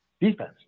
defense